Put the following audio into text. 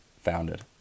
founded